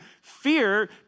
fear